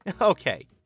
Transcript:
Okay